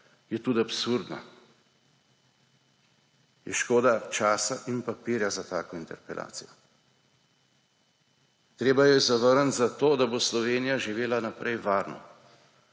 Je tudi absurdna. Je škoda časa in papirja za tako interpelacijo. Treba jo je zavrniti zato, da bo Slovenija živela naprej varno.